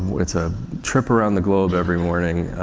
it's a trip around the globe every morning,